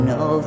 no